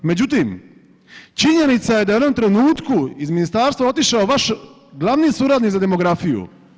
Međutim, činjenica je da je u jednom trenutku iz ministarstva otišao vaš glavni suradnik za demografiju.